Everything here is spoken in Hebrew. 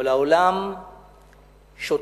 אבל העולם שותק.